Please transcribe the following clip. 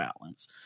Balance